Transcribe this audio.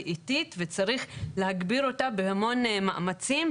היא איטית וצריך להגביר אותה בהמון מאמצים.